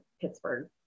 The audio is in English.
Pittsburgh